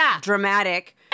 dramatic